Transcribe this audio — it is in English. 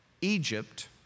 Egypt